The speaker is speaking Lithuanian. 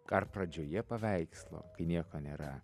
dar pradžioje paveikslo kai nieko nėra